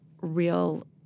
real